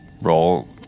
Roll